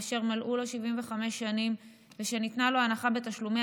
כאשר מלאו לו 75 שנים וניתנה לו הנחה בתשלומי